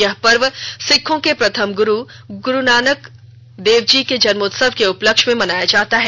यह पर्व सिक्खों के प्रथम गुरु गुरुनाक देव जी जन्मोत्सव के उपलक्ष में मनाया जाता है